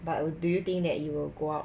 but will do you think that it will go up